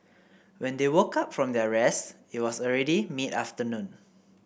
when they woke up from their rest it was already mid afternoon